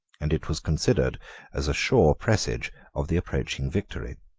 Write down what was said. and it was considered as a sure presage of the approaching victory.